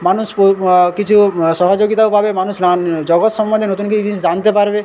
মানুষ প কিছু সহযোগিতাও পাবে মানুষ নান জগৎ সম্বন্ধে নতুন কিছু জিনিস জানতে পারবে